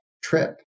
trip